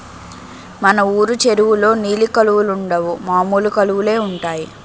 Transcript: మన వూరు చెరువులో నీలి కలువలుండవు మామూలు కలువలే ఉంటాయి